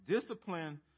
discipline